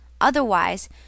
Otherwise